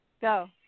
Go